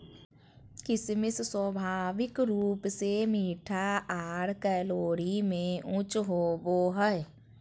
किशमिश स्वाभाविक रूप से मीठा आर कैलोरी में उच्च होवो हय